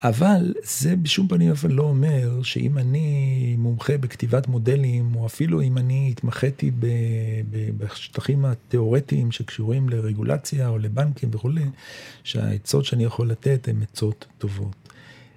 אבל, זה בשום פנים ואופן לא אומר, שאם אני... מומחה בכתיבת מודלים, או אפילו אם אני התמחיתי ב-ב-בשטחים התיאורטיים שקשורים לרגולציה, או לבנקים וכולי, שהעצות שאני יכול לתת, הן עצות, טובות.